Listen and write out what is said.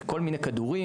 בכל מיני כדורים,